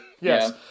Yes